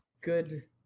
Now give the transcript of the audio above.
Good